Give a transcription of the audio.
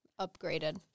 upgraded